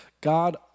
God